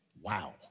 Wow